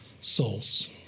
souls